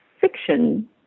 fiction